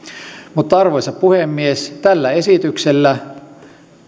mutta arvoisa puhemies tällä esityksellä